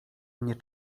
mnie